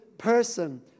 Person